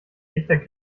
echter